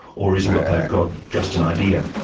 or is what they've got and just an idea?